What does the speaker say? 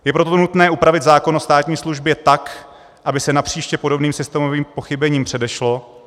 Je proto nutné upravit zákon o státní službě tak, aby se napříště podobným systémovým pochybením předešlo.